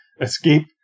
escape